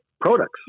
products